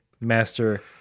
Master